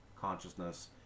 consciousness